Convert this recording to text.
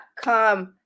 come